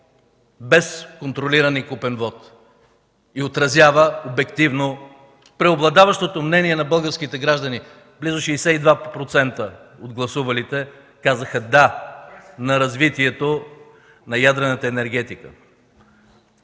без контролиран и купен вот – отразява обективно преобладаващото мнение на българските граждани. Близо 62% от гласувалите казаха „да” на развитието на ядрената енергетика.